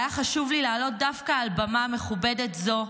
היה חשוב לי לעלות דווקא על במה מכובדת זו,